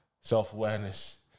Self-awareness